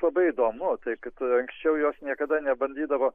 labai įdomu tai kad anksčiau jos niekada nebandydavo